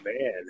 man